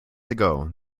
ago